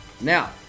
Now